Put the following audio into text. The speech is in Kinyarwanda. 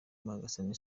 magasin